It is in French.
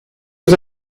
aux